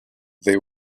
they